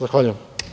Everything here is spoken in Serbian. Zahvaljujem.